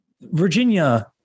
Virginia